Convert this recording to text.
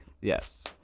Yes